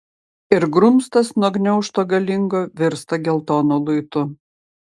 ir grumstas nuo gniaužto galingo virsta geltonu luitu